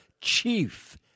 chief